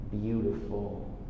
beautiful